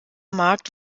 markt